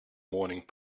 morning